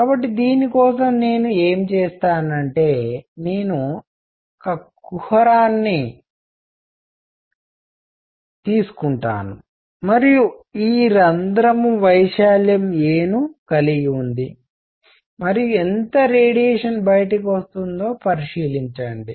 కాబట్టి దీని కోసం నేను ఏమి చేస్తానంటే నేను ఈ కుహరాన్ని తీసుకుంటాను మరియు ఈ రంధ్రం వైశాల్యం a ను కలిగి ఉంది మరియు ఎంత రేడియేషన్ బయటకు వస్తుందో పరిశీలించండి